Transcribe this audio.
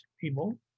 people